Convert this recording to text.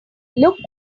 look